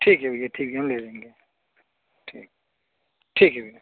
ठीक है भैया ठीक है हम ले लेंगे ठीक ठीक है भैया